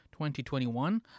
2021